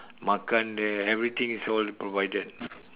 makan there everything is all provided